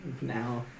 Now